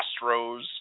Astros